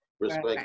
Respect